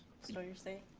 steuer say,